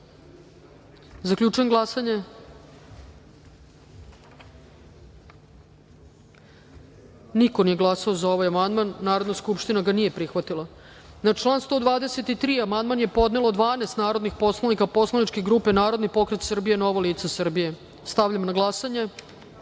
amandman. Zaključujem glasanje: niko nije glasao za ovaj amandman. Narodna skupština ga nije prihvatila. Na član 77. amandman je podnelo 12 narodnih poslanika poslaničke grupe Narodni pokret Srbije – Novo lice Srbije. Stavljam na glasanje